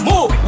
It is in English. Move